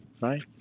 Right